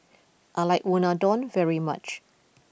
I like Unadon very much